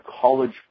college